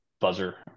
buzzer